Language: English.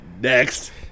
Next